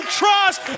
trust